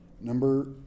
number